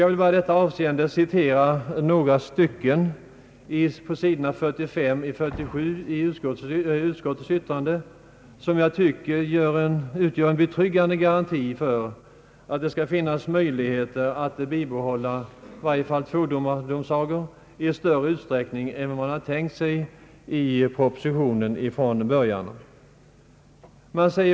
Jag vill i detta sammanhang citera några stycken ur utskottets utlåtande som jag tycker utgör en betryggande garanti för att det skall finnas möjligheter att bibehålla i varje fall tvådomardomsagor i större utsträckning än vad departementschefen från början tänkt sig.